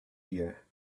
here